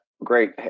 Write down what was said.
Great